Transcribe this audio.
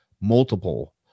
multiple